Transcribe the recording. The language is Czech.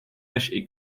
než